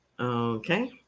Okay